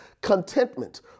Contentment